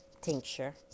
tincture